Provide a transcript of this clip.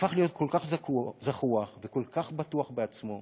הפך להיות כל כך זחוח וכל כך בטוח בעצמו,